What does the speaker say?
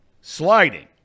sliding